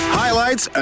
highlights